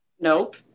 nope